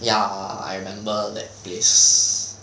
ya I remember that place